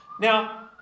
Now